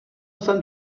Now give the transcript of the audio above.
jsem